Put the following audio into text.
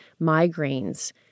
Migraines